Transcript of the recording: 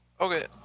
Okay